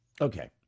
Okay